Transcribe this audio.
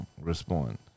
respond